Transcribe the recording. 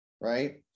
right